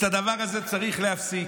את הדבר הזה צריך להפסיק.